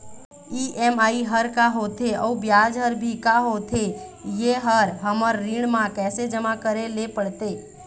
EMI हर का होथे अऊ ब्याज हर भी का होथे ये हर हमर ऋण मा कैसे जमा करे ले पड़ते?